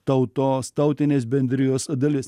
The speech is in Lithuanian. tautos tautinės bendrijos dalis